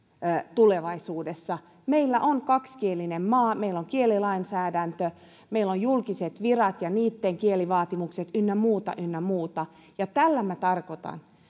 tulevaisuudessa meillä on kaksikielinen maa meillä on kielilainsäädäntö meillä on julkiset virat ja niitten kielivaatimukset ynnä muuta ynnä muuta ja tällä minä tarkoitan